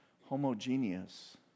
homogeneous